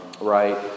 right